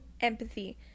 empathy